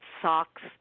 socks